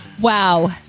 Wow